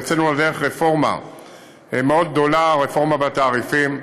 הוצאנו לדרך רפורמה מאוד גדולה, רפורמה בתעריפים.